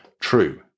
True